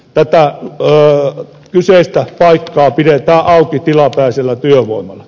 tätä kyseistä paikkaa pidetään auki tilapäisellä työvoimalla